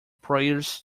prayers